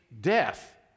death